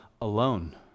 alone